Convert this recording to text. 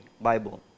Bible